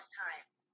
times